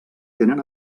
tenen